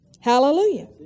Hallelujah